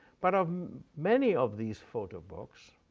but um many of these photo books